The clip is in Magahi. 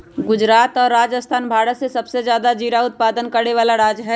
गुजरात और राजस्थान भारत के सबसे ज्यादा जीरा उत्पादन करे वाला राज्य हई